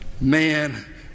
man